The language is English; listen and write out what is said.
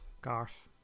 Garth